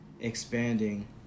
expanding